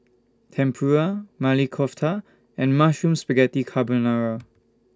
Tempura Maili Kofta and Mushroom Spaghetti Carbonara